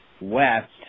West